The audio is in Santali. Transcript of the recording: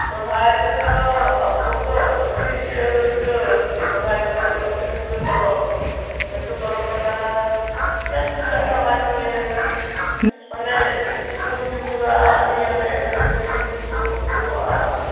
ᱥᱚᱨᱦᱟᱭ ᱨᱮᱫᱚ ᱟᱵᱚ ᱫᱚ ᱟᱹᱰᱤ ᱤᱭᱟᱹ ᱨᱟᱹᱥᱠᱟᱹ ᱥᱚᱨᱦᱟᱭ ᱛᱟᱵᱚᱱ ᱫᱚ ᱟᱹᱰᱤ ᱨᱟᱹᱥᱠᱟᱹ ᱯᱚᱨᱚᱵᱽ ᱞᱟᱹᱴᱩ ᱯᱚᱨᱚᱵᱽ ᱠᱟᱱᱟ ᱛᱩᱝᱫᱟᱜ ᱴᱟᱢᱟᱠ ᱱᱤᱭᱟᱹ ᱚᱱᱮ ᱡᱷᱩᱢᱩᱨ ᱡᱷᱩᱢᱩᱨᱟᱜ ᱱᱤᱭᱟᱹ ᱮᱠᱵᱟᱨᱮ ᱠᱩᱞᱦᱤ ᱠᱚ ᱩᱰᱩᱠᱚᱜᱼᱟ